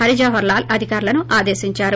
హరిజవహర్లాల్ అధికారులను ఆదేశించారు